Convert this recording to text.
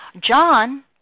John